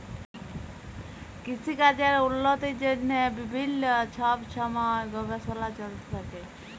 কিসিকাজের উল্লতির জ্যনহে বিভিল্ল্য ছব ছময় গবেষলা চলতে থ্যাকে